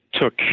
took